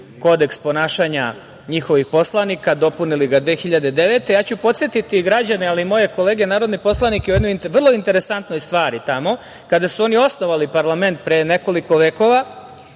Kodeks ponašanja njihovih poslanika, dopunili su ga 2009. godine. Ja ću podsetiti građane, ali i moje kolege narodne poslanike u jednoj vrlo interesantnoj stvari tamo, kada su oni osnovali parlament pre nekoliko vekova,